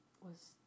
Was